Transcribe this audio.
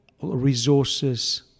resources